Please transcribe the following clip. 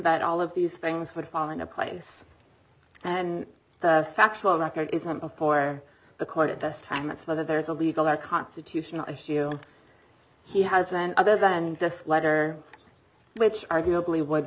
but all of these things would fall into place and the factual record isn't before the court at this time that's whether there's a legal or constitutional issue he hasn't other than this letter which arguably would